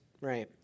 Right